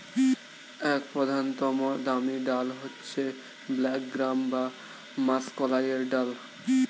এক প্রধানতম দামি ডাল হচ্ছে ব্ল্যাক গ্রাম বা মাষকলাইয়ের ডাল